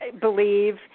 believe